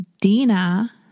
Dina